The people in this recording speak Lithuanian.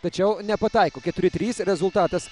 tačiau nepataiko keturi trys rezultatas